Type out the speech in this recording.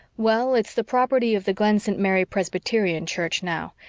well, it's the property of the glen st. mary presbyterian church now,